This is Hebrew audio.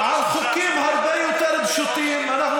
על חוקים הרבה יותר פשוטים אנחנו